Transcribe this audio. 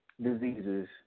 diseases